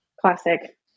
classic